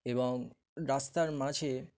এবং রাস্তার মাঝে